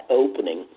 opening